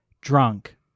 drunk